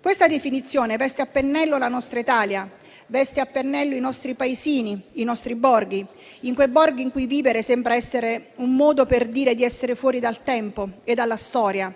Questa definizione veste a pennello la nostra Italia, i nostri paesini e i nostri borghi, in cui vivere sembra essere un modo per dire di essere fuori dal tempo e dalla storia.